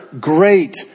great